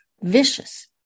vicious